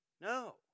No